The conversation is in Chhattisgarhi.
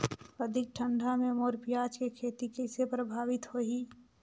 अधिक ठंडा मे मोर पियाज के खेती कइसे प्रभावित होही?